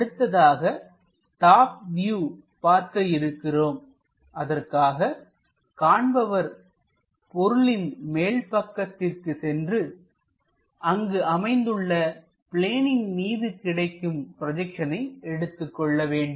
அடுத்ததாக top view பார்க்க இருக்கிறோம்அதற்காக காண்பவர் பொருளின் மேல் பக்கத்திற்கு சென்று அங்கு அமைந்துள்ள பிளேனின்மீது கிடைக்கும் ப்ரொஜெக்ஷனை எடுத்துக்கொள்ள வேண்டும்